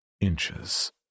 inches